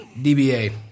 DBA